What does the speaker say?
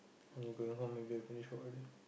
when you going home maybe I finish work already